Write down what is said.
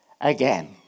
again